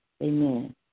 amen